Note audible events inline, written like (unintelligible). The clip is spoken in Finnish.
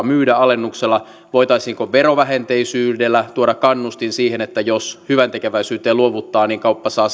(unintelligible) myydä alennuksella voitaisiinko verovähenteisyydellä tuoda kannustin siihen että jos hyväntekeväisyyteen luovuttaa niin kauppa saa (unintelligible)